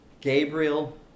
Gabriel